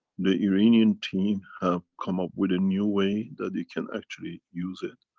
the iranian team have come up with a new way that they can actually use it.